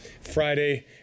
Friday